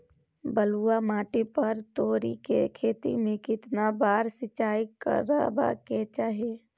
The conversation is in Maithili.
बलुआ माटी पर तोरी के खेती में केतना बार सिंचाई करबा के चाही?